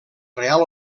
real